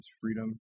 freedom